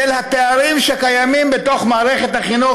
של הפערים שקיימים בתוך מערכת החינוך,